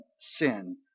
sin